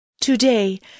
Today